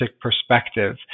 perspective